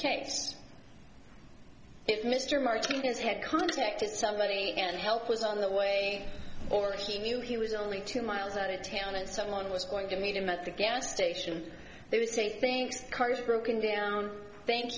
case if mr martinez had contacted somebody and help was on the way or if he knew he was only two miles out of town and someone was going to meet him at the gas station they would say thinks cars are broken down thank